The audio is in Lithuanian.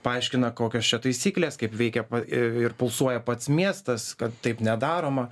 paaiškina kokios čia taisyklės kaip veikia pa ir pulsuoja pats miestas kad taip nedaroma